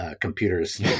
computers